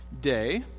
day